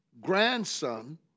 grandson